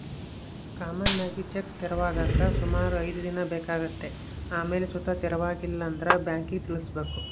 common ಆಗಿ check ತೆರವಾಗಾಕ ಸುಮಾರು ಐದ್ ದಿನ ಬೇಕಾತತೆ ಆಮೇಲ್ ಸುತ ತೆರವಾಗಿಲ್ಲಂದ್ರ ಬ್ಯಾಂಕಿಗ್ ತಿಳಿಸ್ಬಕು